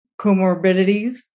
comorbidities